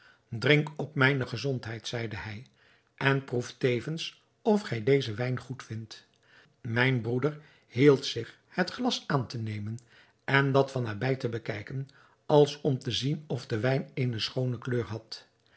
drink op mijne gezondheid zeide hij en proef tevens of gij dezen wijn goed vindt mijn broeder hield zich het glas aan te nemen en dat van nabij te bekijken als om te zien of de wijn eene schoone kleur had